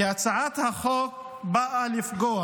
כי הצעת החוק באה לפגוע